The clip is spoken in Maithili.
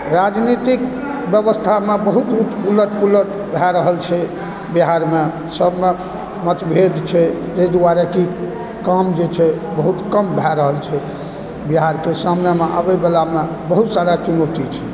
राजनीतिक व्यवस्थामे बहुत उलट पलट भए रहल छै बिहारमे सबमे मतभेद छै अइ दुआरे की काम जे छै ओ बहुत कम भए रहल छै बिहारके सामनेमे अबैवला बहुत सारा चुनौती छै